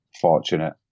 fortunate